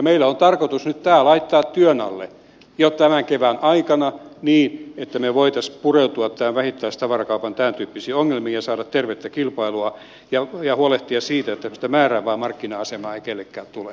meillä on tarkoitus nyt tämä laittaa työn alle jo tämän kevään aikana niin että me voisimme pureutua vähittäistavarakaupan tämäntyyppisiin ongelmiin ja saada tervettä kilpailua ja huolehtia siitä että tämmöistä määräävää markkina asemaa ei kenellekään tule